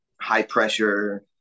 high-pressure